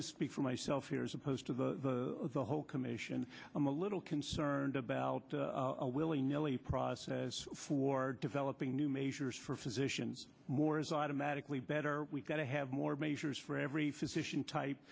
just speak for myself here as opposed to the whole commission i'm a little concerned about a willy nilly process for developing new measures for physicians more is automatically better we've got to have more measures for every physician type